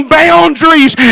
boundaries